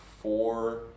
four